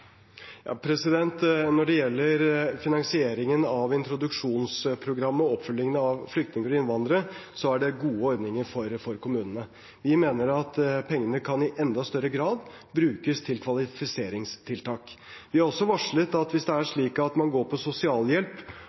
Når det gjelder finansieringen av introduksjonsprogrammet og oppfølgingen av flyktninger og innvandrere, er det gode ordninger for kommunene. Vi mener at pengene i enda større grad kan brukes til kvalifiseringstiltak. Vi har også varslet at hvis det er slik at man går på sosialhjelp